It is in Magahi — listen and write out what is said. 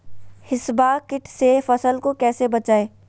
हिसबा किट से फसल को कैसे बचाए?